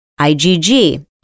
IgG